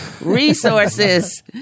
resources